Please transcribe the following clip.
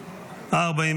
נתקבלה.